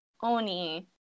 Oni